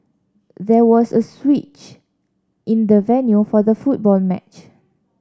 there was a switch in the venue for the football match